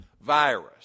virus